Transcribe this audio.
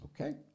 Okay